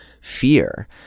fear